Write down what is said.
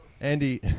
Andy